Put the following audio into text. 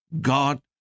God